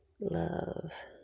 Love